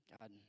God